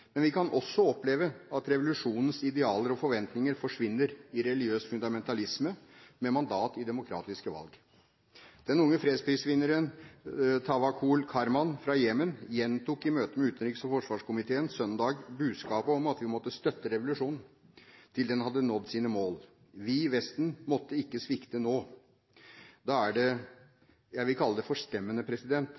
men vi kan også oppleve at revolusjonens idealer og forventninger forsvinner i religiøs fundamentalisme med mandat i demokratiske valg. Den unge fredsprisvinneren, Tawakkul Karman, fra Jemen, gjentok i møtet med utenriks- og forsvarskomiteen søndag budskapet om at vi måtte støtte revolusjonen til den hadde nådd sine mål. Vi – Vesten – måtte ikke svikte nå. Da er det – jeg vil kalle det – forstemmende